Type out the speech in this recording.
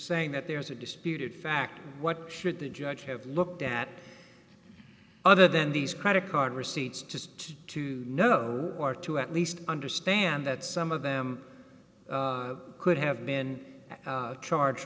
saying that there's a disputed fact what should the judge have looked at other than these credit card receipts just to or to at least understand that some of them could have been charge